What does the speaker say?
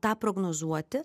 tą prognozuoti